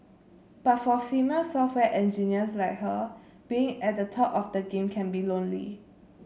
but for female software engineers like her being at the top of the game can be lonely